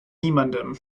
niemandem